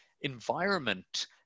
environment